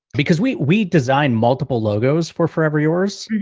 because we we design multiple logos for forever yours.